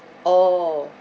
oh